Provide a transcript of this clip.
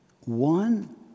one